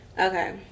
Okay